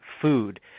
food